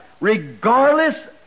Regardless